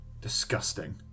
Disgusting